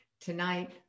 Tonight